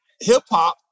hip-hop